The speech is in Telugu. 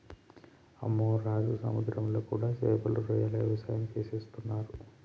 అమ్మె రాజు సముద్రంలో కూడా సేపలు రొయ్యల వ్యవసాయం సేసేస్తున్నరు